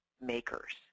makers